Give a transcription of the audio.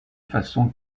façon